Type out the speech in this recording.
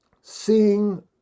seeing